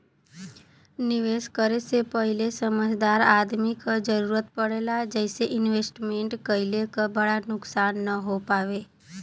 निवेश करे से पहिले समझदार आदमी क जरुरत पड़ेला जइसे इन्वेस्टमेंट कइले क बड़ा नुकसान न हो पावे